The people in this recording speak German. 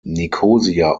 nikosia